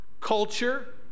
culture